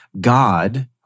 God